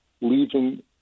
leaving